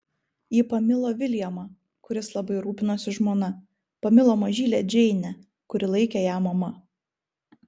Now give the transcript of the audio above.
ji pamilo viljamą kuris labai rūpinosi žmona pamilo mažylę džeinę kuri laikė ją mama